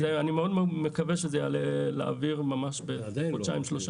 אני מאוד מקווה שזה יעלה לאוויר ממש תוך חודשיים שלושה,